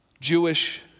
Jewish